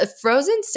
Frozen